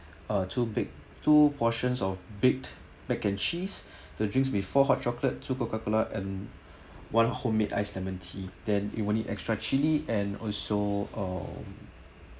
uh two big two portions of baked mac and cheese the drinks 'll be four hot chocolate two coca cola and one homemade iced lemon tea then you want only extra chili and also um